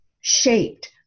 shaped